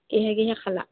কিহে কিহে খালা